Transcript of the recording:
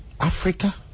Africa